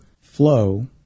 flow